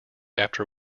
after